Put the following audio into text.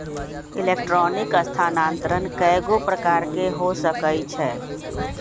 electronic स्थानान्तरण कएगो प्रकार के हो सकइ छै